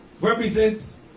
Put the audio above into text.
represents